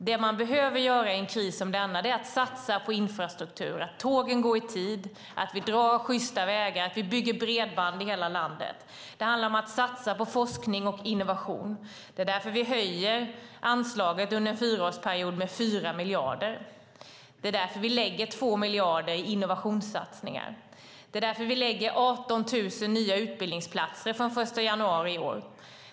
Det man behöver göra i en kris som denna är att satsa på infrastruktur, det vill säga att tågen går i tid, att vi drar sjysta vägar och att vi bygger bredband i hela landet. Det handlar om att satsa på forskning och innovation. Det är därför vi höjer anslaget under en fyraårsperiod med 4 miljarder. Det är därför vi lägger 2 miljarder på innovationssatsningar. Det är därför vi satsar på 18 000 nya utbildningsplatser från den 1 januari.